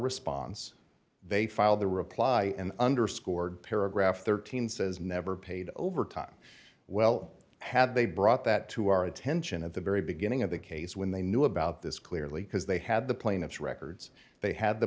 response they filed their reply and underscored paragraph thirteen says never paid overtime well had they brought that to our attention of the very beginning of the case when they knew about this clearly because they had the plaintiff's records they had the